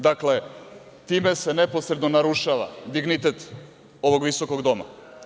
Dakle, time se neposredno narušava dignitet ovog visokog doma.